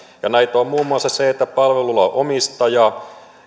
näitä on muun muassa se että palvelulla on omistaja